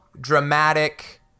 dramatic